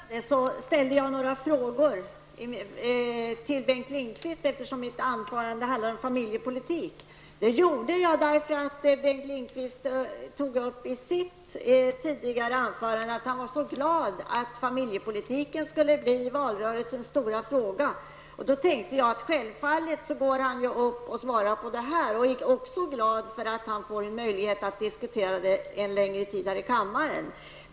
Herr talman! I mitt anförande ställde jag några frågor till Bengt Lindqvist, eftersom anförandet handlade om familjepolitik. Detta gjorde jag därför att Bengt Lindqvist i sitt anförande tidigare tog upp att han var så glad över att familjepolitiken skulle bli valrörelsens stora fråga. Då tänkte jag att han självfallet går upp och svarar på detta och är glad över att få en möjlighet att diskutera det en längre tid här i kammaren.